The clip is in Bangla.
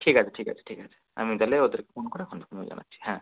ঠিক আছে ঠিক আছে ঠিক আছে আমি তাহলে ওদের ফোন করে ফোন করে জানাচ্ছি হ্যাঁ